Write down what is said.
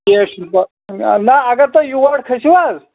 ٹھیٖک چھُ تہٕ نہَ اَگرے تُہۍ یور کھٔسِو حظ